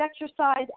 exercise